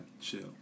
chill